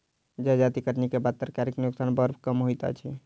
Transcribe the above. जजाति कटनीक बाद तरकारीक नोकसान बड़ कम होइत अछि